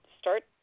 start